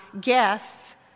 guests